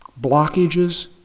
blockages